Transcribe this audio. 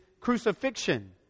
crucifixion